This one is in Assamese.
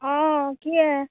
অঁ কি এ